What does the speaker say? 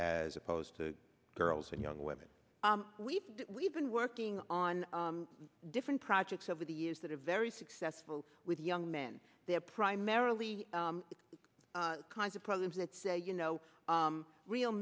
as opposed to girls and young women we've we've been working on different projects over the years that are very successful with young men they're primarily the kinds of problems that say you know real